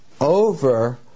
over